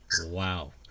Wow